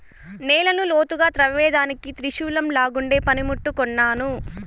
నేలను లోతుగా త్రవ్వేదానికి త్రిశూలంలాగుండే పని ముట్టు కొన్నాను